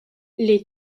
les